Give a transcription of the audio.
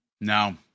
no